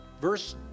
verse